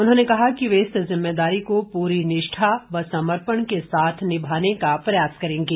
उन्होंने कहा कि वे इस जिम्मेदारी को पूरी निष्ठा व समर्पण के साथ निभाने का प्रयास करेंगे